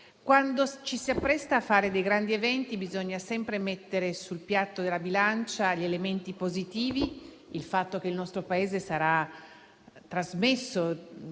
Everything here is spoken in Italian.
quando ci si appresta a fare grandi eventi, bisogna sempre mettere sul piatto della bilancia gli elementi positivi, come il fatto che il nostro Paese sarà trasmesso